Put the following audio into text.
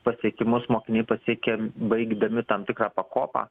pasiekimus mokiniai pasiekia baigdami tam tikrą pakopą